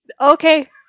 Okay